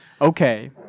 Okay